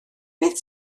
beth